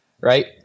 Right